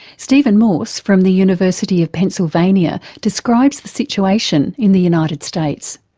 stephen morse from the university of pennsylvania describes the situation in the united states.